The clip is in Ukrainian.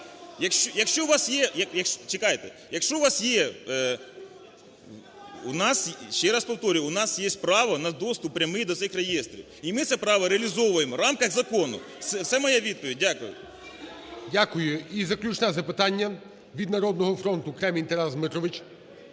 (Шум у залі) Ще раз повторюю, у нас є право на доступ прямий до цих реєстрів і ми це право реалізовуємо в рамках закону – це моя відповідь. Дякую. ГОЛОВУЮЧИЙ. Дякую. І, заключне запитання від "Народного фронту" – Кремінь Тарас Дмитрович.